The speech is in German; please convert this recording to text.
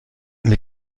mit